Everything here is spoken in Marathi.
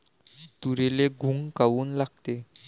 तुरीले घुंग काऊन लागते?